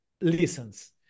listens